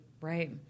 right